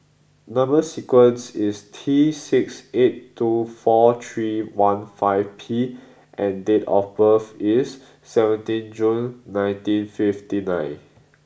number sequence is T six eight two four three one five P and date of birth is seventeen June nineteen fifty nine